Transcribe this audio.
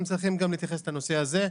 הם צריכים להתייחס גם לנושא הזה,